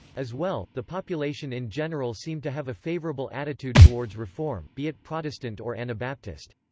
as well, the population in general seemed to have a favorable attitude towards reform, be it protestant or anabaptist.